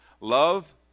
Love